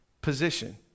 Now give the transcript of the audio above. position